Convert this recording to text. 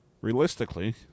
Realistically